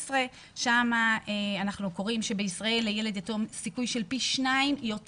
שם אנחנו קוראים שבישראל לילד יתום סיכוי של פי שניים יותר